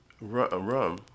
rum